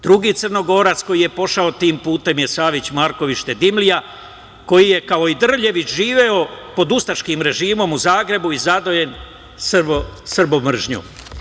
Drugi Crnogorac koji je pošao tim putem je Savić Marković Štedimlija, koji je kao i Drljević živeo pod ustaškim režimom u Zagrebu i zadojen srbomržnjom.